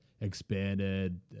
expanded